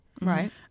Right